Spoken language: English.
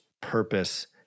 purpose